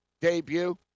debut